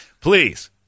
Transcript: Please